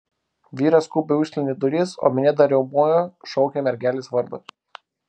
vyras skubiai užsklendė duris o minia dar riaumojo šaukė mergelės vardą